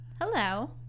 Hello